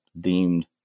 deemed